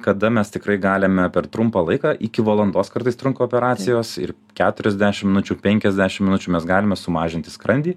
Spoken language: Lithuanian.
kada mes tikrai galime per trumpą laiką iki valandos kartais trunka operacijos ir keturiasdešim minučių ir penkiasdešim minučių mes galime sumažinti skrandį